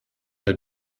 der